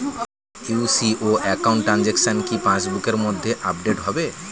UCO account transaction কি পাস বুকের মধ্যে আপডেট হবে?